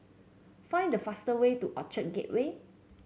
find the fastest way to Orchard Gateway